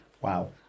Wow